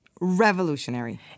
Revolutionary